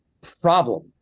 problem